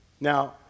Now